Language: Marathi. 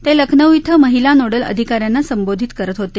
ते लखनौ इथं महिला नोडल अधिका यांना संबोधित करत होते